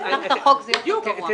אם נפתח את החוק זה יהיה יותר גרוע.